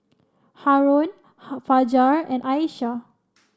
Haron Fajar and Aisyah